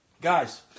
guys